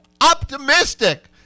Optimistic